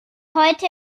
heute